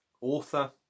author